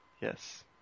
Yes